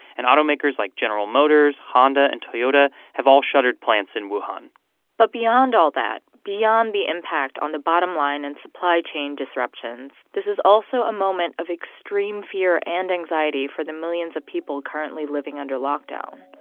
and automakers like general motors, honda and toyota have all shuttered plants in wuhan but beyond all that, beyond the impact on the bottom line and supply chain disruptions, this is also a moment of extreme fear and anxiety for the millions of people currently living under lockdown.